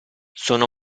sono